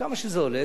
כמה שזה עולה,